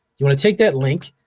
you wanna take that link,